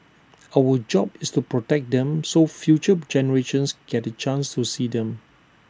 our job is to protect them so future generations get the chance to see them